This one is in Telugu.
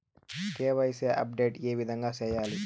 కె.వై.సి అప్డేట్ ఏ విధంగా సేయాలి?